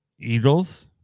Eagles